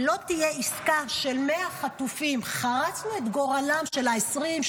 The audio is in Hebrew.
לא תהיה עסקה של 100 חטופים חרצנו את גורלם של ה-20,